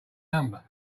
number